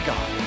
God